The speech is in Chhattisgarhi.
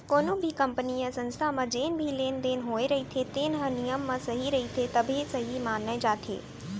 कोनो भी कंपनी य संस्था म जेन भी लेन देन होए रहिथे तेन ह नियम म सही रहिथे तभे सहीं माने जाथे